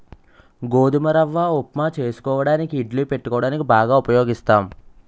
గోధుమ రవ్వ ఉప్మా చేసుకోవడానికి ఇడ్లీ పెట్టుకోవడానికి బాగా ఉపయోగిస్తాం